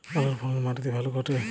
আলুর ফলন মাটি তে ভালো ঘটে?